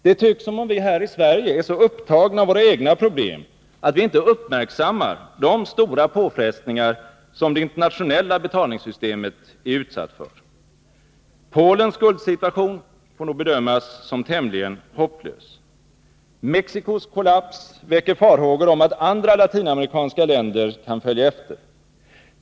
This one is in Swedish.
Det tycks som om vi här i Sverige är så upptagna av våra egna problem att vi inte uppmärksammar de stora påfrestningar som det internationella betalningssystemet är utsatt för. Polens skuldsituation får nog bedömas som tämligen hopplös. Mexicos kollaps väcker farhågor om att andra latinamerikanska länder kan följa efter.